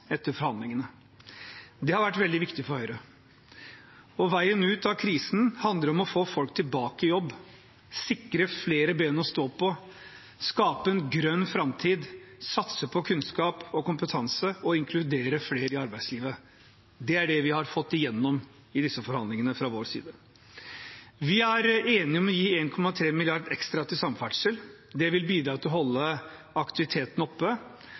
etter forhandlingene. Det har vært veldig viktig for Høyre. Veien ut av krisen handler om å få folk tilbake i jobb, sikre flere ben å stå på, skape en grønn framtid, satse på kunnskap og kompetanse og inkludere flere i arbeidslivet. Det er det vi, fra vår side, har fått igjennom i disse forhandlingene. Vi er enige om å gi 1,3 mrd. kr ekstra til samferdsel. Det vil bidra til å holde aktiviteten oppe